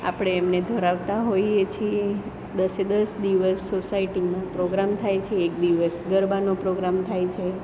આપણે એમને ધરાવતા હોઈએ છીએ દસે દસ દિવસ સોસાયટીમાં પ્રોગ્રામ થાય છે એક દિવસ ગરબાનો પ્રોગ્રામ થાય છે